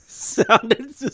sounded